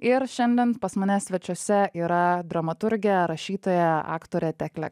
ir šiandien pas mane svečiuose yra dramaturgė rašytoja aktorė teklė